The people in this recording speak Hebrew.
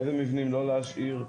איזה מבנים לא להשאיר,